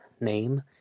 name